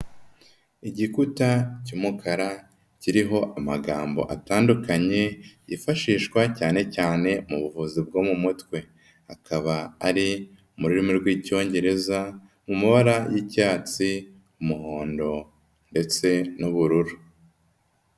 Igikuta cy'umukara kiriho amagambo atandukanye yifashishwa cyane cyane mu buvuzi bwo mu mutwe. Akaba ari mu rurimi rw'Icyongereza, mu mabara y'icyatsi, umuhondo ndetse n'ubururu.